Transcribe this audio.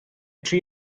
tri